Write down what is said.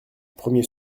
premiers